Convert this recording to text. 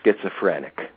schizophrenic